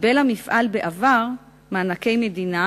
קיבל המפעל בעבר מענקי מדינה.